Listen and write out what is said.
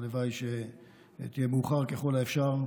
הלוואי שתהיה מאוחר ככל האפשר.